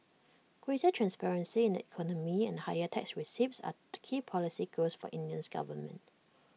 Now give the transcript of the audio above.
greater transparency in the economy and higher tax receipts are key policy goals for India's government